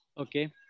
Okay